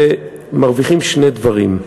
ומרוויחים שני דברים,